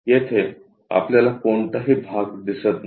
येथे आपल्याला कोणताही भाग दिसत नाही